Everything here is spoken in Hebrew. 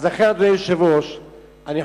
אז חבר הכנסת זבולון אורלב מאמין שאם